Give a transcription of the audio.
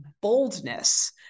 boldness